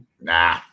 nah